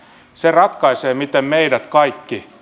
ratkaisee miten meidät kaikki